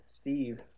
Steve